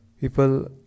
people